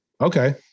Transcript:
Okay